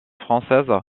françaises